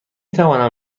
توانم